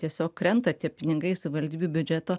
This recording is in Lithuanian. tiesiog krenta tie pinigai į savivaldybių biudžeto